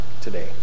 today